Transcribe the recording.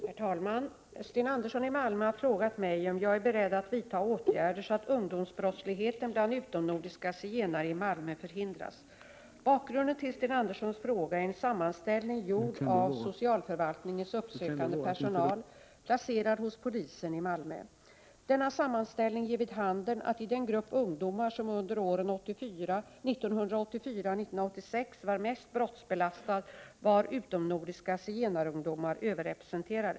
Herr talman! Sten Andersson i Malmö har frågat mig om jag är beredd att vidta åtgärder så att ungdomsbrottsligheten bland utomnordiska zigenare i Malmö förhindras. Bakgrunden till Sten Anderssons fråga är en sammanställning gjord av socialförvaltningens uppsökande personal placerad hos polisen i Malmö. Denna sammanställning ger vid handen att i den grupp ungdomar som under åren 1984-1986 var mest brottsbelastad var utomnordiska zigenarungdomar överrepresenterade.